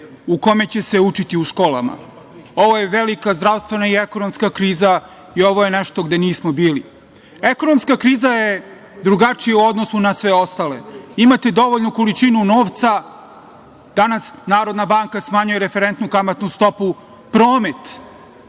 o kome će se učiti u školama. Ovo je velika zdravstvena i ekonomska kriza i ovo je nešto gde nismo bili. Ekonomska kriza je drugačija u odnosu na sve ostale. Imati dovoljnu količinu novca danas NBS smanjuje referentu kamatnu stopu, promet